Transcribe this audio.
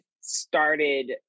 started